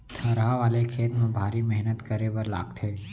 थरहा वाले खेत म भारी मेहनत करे बर लागथे